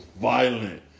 violent